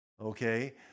okay